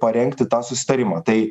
parengti tą susitarimą tai